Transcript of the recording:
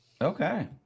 Okay